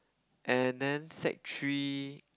and then sec three